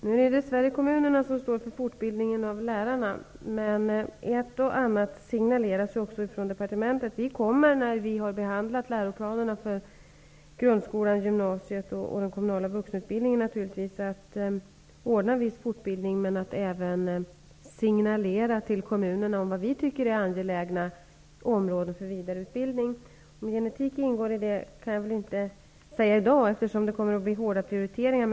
Herr talman! Kommunerna har dess värre ansvaret för fortbildningen av lärarna, men ett och annat signaleras också från departementet. När vi har behandlat läroplanerna för grundskolan, gymnasiet och den kommunala vuxenutbildningen kommer vi naturligtvis att ordna en viss fortbildning, men även att signalera till kommunerna vad vi anser vara angelägna områden för vidareutbildning. Jag kan i dag inte säga om genetik kommer att ingå, eftersom det kommer att bli hårda prioriteringar.